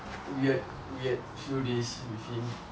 weird weird few days with him